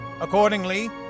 Accordingly